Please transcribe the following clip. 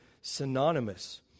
synonymous